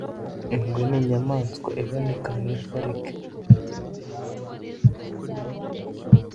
Ingwe ni inyamaswa iboneka muri pariki.